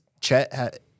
Chet